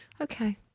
okay